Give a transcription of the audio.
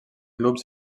clubs